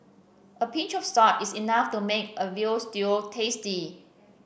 a pinch of salt is enough to make a veal stew tasty